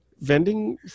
vending